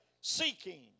seeking